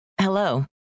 Hello